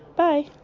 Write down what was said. Bye